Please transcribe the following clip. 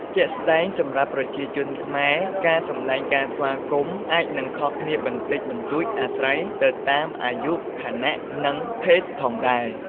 ជាក់ស្ដែង សម្រាប់ប្រជាជនខ្មែរ ការសម្ដែងការស្វាគមន៍អាចនឹងខុសគ្នាបន្តិចបន្តួចអាស្រ័យទៅតាមអាយុ ឋានៈ និងភេទផងដែរ។